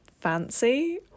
fancy